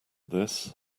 this